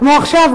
כמו גם עכשיו,